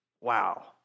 Wow